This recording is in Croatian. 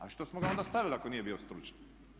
Ali što smo ga onda stavili ako nije bio stručan?